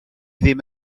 ddim